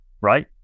Right